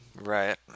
Right